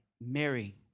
Mary